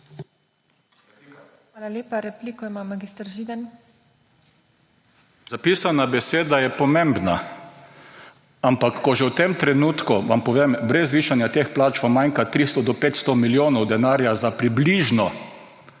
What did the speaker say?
Zapisana beseda je pomembna. Ampak ko že v tem trenutku, vam povem, brez višanja teh plač vam manjka 300 do 500 milijonov denarja za približno,